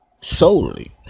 solely